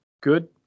good